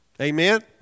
Amen